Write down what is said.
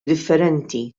differenti